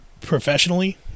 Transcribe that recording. professionally